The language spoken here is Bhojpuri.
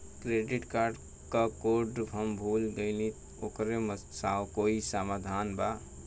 क्रेडिट कार्ड क कोड हम भूल गइली ओकर कोई समाधान बा?